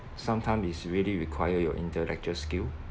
sometime it's really require your intellectual skill